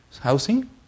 housing